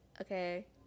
okay